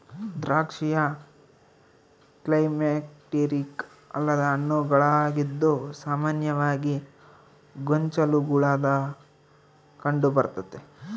ದ್ರಾಕ್ಷಿಯು ಕ್ಲೈಮ್ಯಾಕ್ಟೀರಿಕ್ ಅಲ್ಲದ ಹಣ್ಣುಗಳಾಗಿದ್ದು ಸಾಮಾನ್ಯವಾಗಿ ಗೊಂಚಲುಗುಳಾಗ ಕಂಡುಬರ್ತತೆ